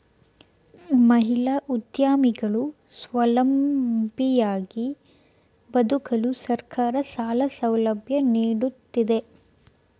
ಮಹಿಳಾ ಉದ್ಯಮಿಗಳು ಸ್ವಾವಲಂಬಿಯಾಗಿ ಬದುಕಲು ಸರ್ಕಾರ ಸಾಲ ಸೌಲಭ್ಯ ನೀಡುತ್ತಿದೆ